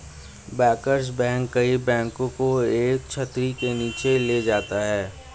bankers bank कई बैंकों को एक छतरी के नीचे ले जाता है